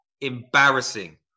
embarrassing